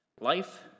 Life